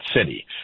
city